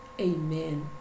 amen